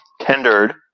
tendered